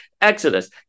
Exodus